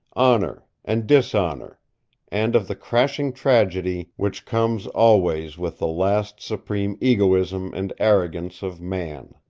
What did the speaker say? honor and dishonor and of the crashing tragedy which comes always with the last supreme egoism and arrogance of man.